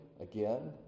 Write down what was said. again